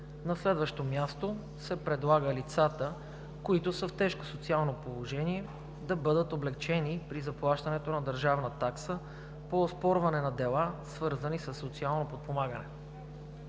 На следващо място се предлага лицата, които са в тежко социално положение, да бъдат облекчени при заплащането на държавна такса по оспорване на дела, свързани със социално подпомагане.